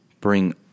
bring